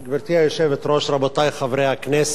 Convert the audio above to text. גברתי היושבת-ראש, רבותי חברי הכנסת,